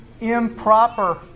improper